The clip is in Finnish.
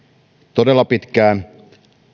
todella pitkään